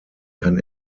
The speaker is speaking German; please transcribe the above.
kann